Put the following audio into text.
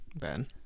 Ben